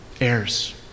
Heirs